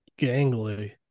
gangly